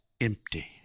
empty